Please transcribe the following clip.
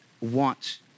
wants